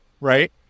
right